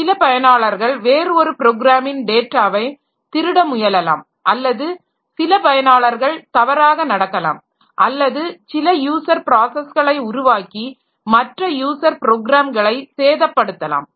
சில பயனாளர்கள் வேறு ஒரு ப்ரோக்ராமின் டேட்டாவை திருட முயலலாம் அல்லது சில பயனாளர்கள் தவறாக நடக்கலாம் அல்லது சில யூசர் ப்ராஸஸ்களை உருவாக்கி மற்ற யூசர் ப்ரோக்ராம்களை சேதப்படுத்தலாம்